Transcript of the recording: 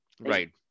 Right